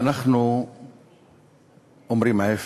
ואנחנו אומרים ההפך: